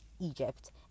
Egypt